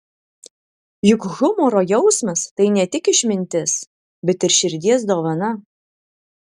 juk humoro jausmas tai ne tik išmintis bet ir širdies dovana